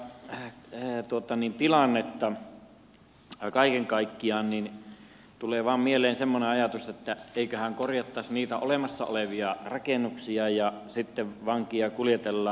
hän ei tuota niin katsoo tätä tilannetta kaiken kaikkiaan niin tulee vain mieleen semmoinen ajatus että eiköhän korjattaisi niitä olemassa olevia rakennuksia ja sitten vankeja kuljetellaan